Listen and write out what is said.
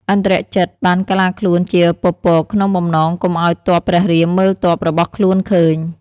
ឥន្ទ្រជិត បានកាឡាខ្លួនជាពពកក្នុងបំណងកុំឱ្យទ័ពព្រះរាមមើលទ័ពរបស់ខ្លួនឃើញ។